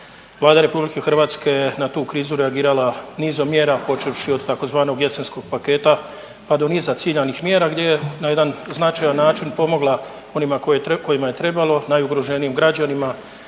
Vlada RH je na tu krizu reagirala nizom mjera počevši od tzv. jesenskog paketa, pa do niza ciljanih mjera gdje je na jedan značajan način pomogla onima kojima je trebalo, najugroženijim građanima,